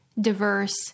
diverse